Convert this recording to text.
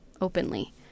openly